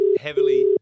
heavily